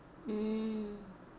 mm